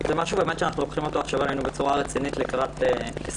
זה דבר שאנחנו לוקחים אותו עכשיו על עצמנו בצורה רצינית לקראת שנת